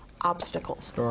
obstacles